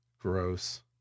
Gross